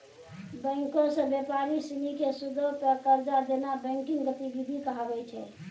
बैंको से व्यापारी सिनी के सूदो पे कर्जा देनाय बैंकिंग गतिविधि कहाबै छै